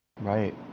Right